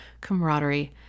camaraderie